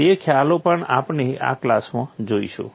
તે ખ્યાલો પણ આપણે આ ક્લાસમાં જોઈશું